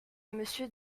monsieur